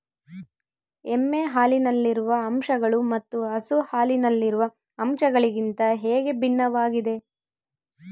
ಎಮ್ಮೆ ಹಾಲಿನಲ್ಲಿರುವ ಅಂಶಗಳು ಮತ್ತು ಹಸು ಹಾಲಿನಲ್ಲಿರುವ ಅಂಶಗಳಿಗಿಂತ ಹೇಗೆ ಭಿನ್ನವಾಗಿವೆ?